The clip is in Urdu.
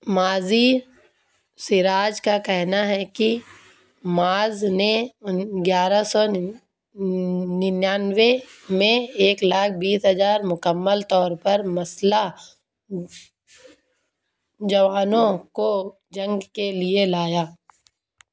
ماضی سراج کا کہنا ہے کہ معاذ نے گیارہ سو ننانوے میں ایک لاکھ بیس ہزار مکمل طور پر مسلح جوانوں کو جنگ کے لیے لایا